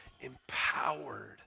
empowered